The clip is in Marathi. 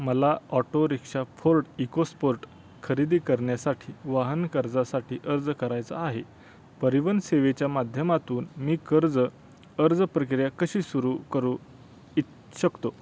मला ऑटो रिक्षा फोर्ड इकोस्पोर्ट खरेदी करण्यासाठी वाहन कर्जासाठी अर्ज करायचा आहे परिवहन सेवेच्या माध्यमातून मी कर्ज अर्ज प्रक्रिया कशी सुरू करू इच्छा शकतो